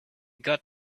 got